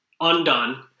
undone